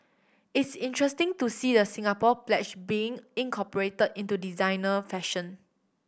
it's interesting to see the Singapore Pledge being incorporated into designer fashion